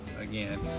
again